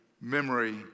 memory